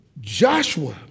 Joshua